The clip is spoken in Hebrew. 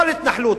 כל התנחלות,